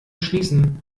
schließen